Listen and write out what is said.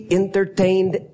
entertained